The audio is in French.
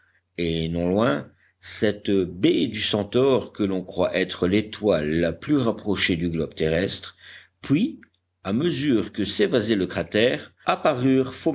et non loin cette b du centaure que l'on croit être l'étoile la plus rapprochée du globe terrestre puis à mesure que s'évasait le cratère